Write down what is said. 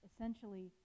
essentially